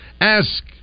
Ask